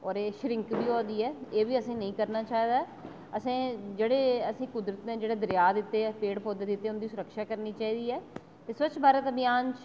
और एह् शरिंक बी होआ दी ऐ एह् बी असें ई नेईं करना चाहिदा ऐ असें जेह्डे़ कुदरत ने जेह्ड़े असें ई दरेआ दित्ते पेड़ पौधे दित्ते उंदी सुरक्षा करनी चाहिदी ऐ ते स्वच्छ भारत अभियान च